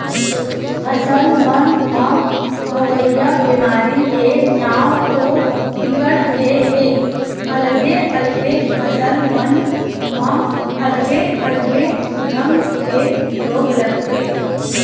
फसल मन म होवइया बेमारी के नांव तो बिकट के हे अलगे अलगे फसल मन म अलगे अलगे ढंग के रोग लगथे